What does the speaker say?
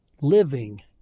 living